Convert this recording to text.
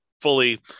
fully